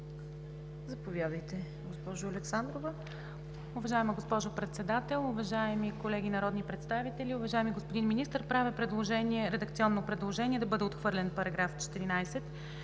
Заповядайте, госпожо Александрова.